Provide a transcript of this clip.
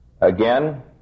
Again